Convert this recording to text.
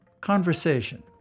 Conversation